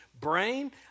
Brain